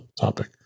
topic